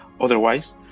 otherwise